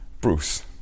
Bruce